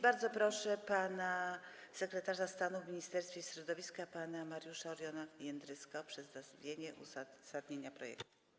Bardzo proszę sekretarza stanu w Ministerstwie Środowiska pana Mariusza Oriona Jędryska o przedstawienie uzasadnienia projektu.